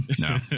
No